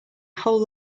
whole